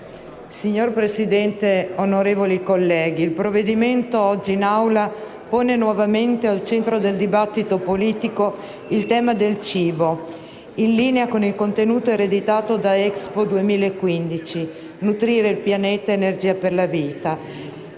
Signora Presidente, onorevoli colleghi, il provvedimento oggi in aula pone nuovamente al centro del dibattito politico il tema del cibo, in linea con il contenuto ereditato da Expo 2015, "Nutrire il Pianeta, Energia per la Vita",